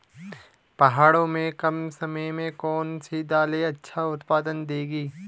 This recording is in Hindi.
पहाड़ों में कम समय में कौन सी दालें अच्छा उत्पादन देंगी?